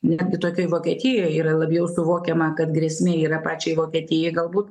netgi tokioj vokietijoj yra labiau suvokiama kad grėsmė yra pačiai vokietijai galbūt